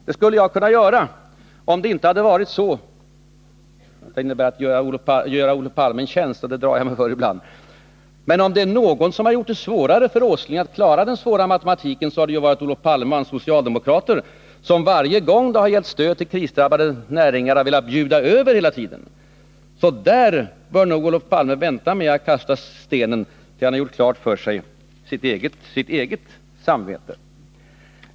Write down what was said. Det skulle jag kunna göra — även om det innebär att jag gör Olof Palme en tjänst, och det drar jag mig för ibland — om det inte hade varit så, att om någon har gjort det svårare för Nils Åsling att klara den svåra matematiken, så har det varit Olof Palme och hans socialdemokrater, som varje gång det har gällt stöd till krisdrabbade näringar har velat bjuda över. I dessa frågor bör nog Olof Palme vänta med att kasta sten tills han har blivit klar med sitt eget samvete.